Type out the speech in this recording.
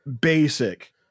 basic